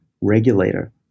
regulator